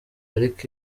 ariko